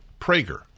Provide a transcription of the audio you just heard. PRAGER